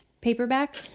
paperback